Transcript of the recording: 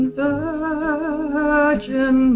virgin